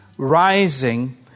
Rising